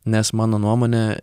nes mano nuomone